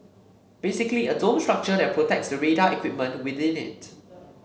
basically a dome structure that protects the radar equipment within it